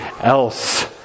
else